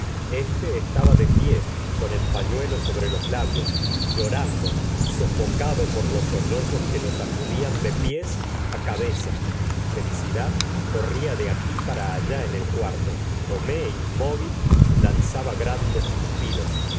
este estaba de pie con el pañuelo sobre los labios llorando sofocado por los sollozos que lo sacudían de pies á cabeza felicidad corría de aquí para allá en el cuarto homais inmóvil lanzaba